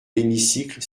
l’hémicycle